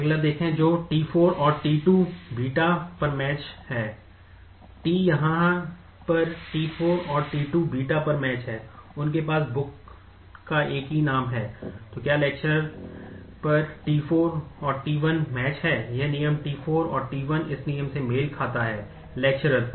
अगले देखें जो t4 और t2 β पर मैच है t हां पर t4 और t2 β पर मैच है उनके पास Book का एक ही नाम है और क्या Lecturer पर t4 और t1 मैच है यह नियम t4 और t1 इस नियम से मेल खाता है Lecturer पर